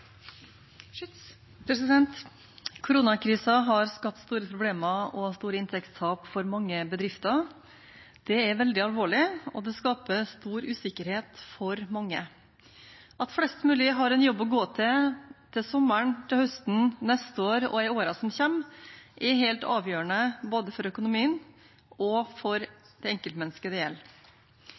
veldig alvorlig, og det skaper stor usikkerhet for mange. At flest mulig har en jobb å gå til – til sommeren, til høsten, til neste år og i årene som kommer – er helt avgjørende både for økonomien og for det enkeltmennesket det gjelder.